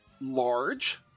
large